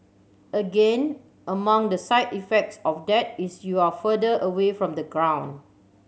again among the side effects of that is you're further away from the ground